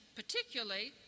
particularly